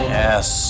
yes